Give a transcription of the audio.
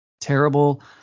terrible